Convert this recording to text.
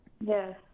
Yes